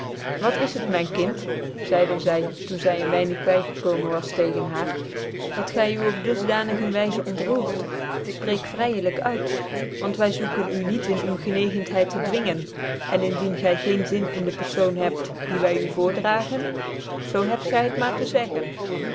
wat is het mvn kind zeiden zy toen zy een weinig by gekomen was tegen baar dat gy u op dusdanig cca wyrc ontroert spreekt vryclijk uit want wj zoeken u niet in uwe genegentheid te dwingen en indien gy geen zin in de pcrfoon hebt die vy u voordragen zoo hebt gy het maar tc zeggen